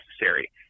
necessary